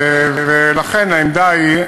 אם זה אפשרי,